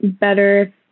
better